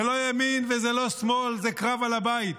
זה לא ימין וזה לא שמאל, זה קרב על הבית.